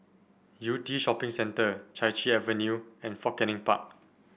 Yew Tee Shopping Centre Chai Chee Avenue and Fort Canning Park